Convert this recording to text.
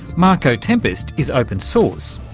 marco tempest is open-source,